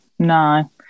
No